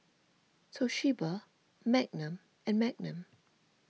Toshiba Magnum and Magnum